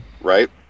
right